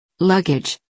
Luggage